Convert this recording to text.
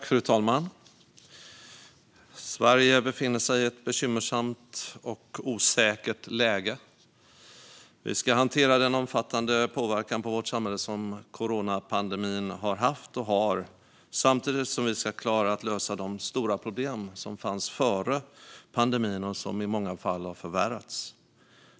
Fru talman! Sverige befinner sig i ett bekymmersamt och osäkert läge. Vi ska hantera den omfattande påverkan på vårt samhälle som coronapandemin har haft och har samtidigt som vi ska klara att lösa de stora problem som fanns före pandemin och som i många fall har förvärrats.